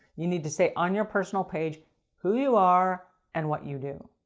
you need to say on your personal page who you are and what you do.